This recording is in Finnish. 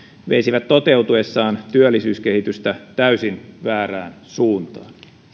veisivät toteutuessaan työllisyyskehitystä täysin väärään suuntaan